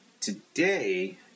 Today